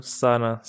sana